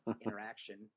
interaction